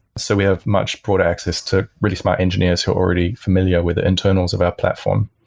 so we have much broader access to really smart engineers who are already familiar with the internals of our platform,